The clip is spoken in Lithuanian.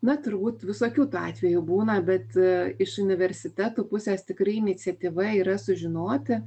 na turbūt visokių tų atvejų būna bet iš universitetų pusės tikrai iniciatyva yra sužinoti